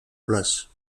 place